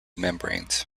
membranes